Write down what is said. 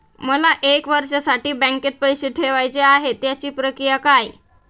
मला एक वर्षासाठी बँकेत पैसे ठेवायचे आहेत त्याची प्रक्रिया काय?